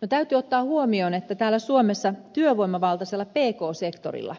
no täytyy ottaa huomioon että täällä suomessa työvoimavaltaisella pk sektorilla